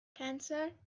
cancer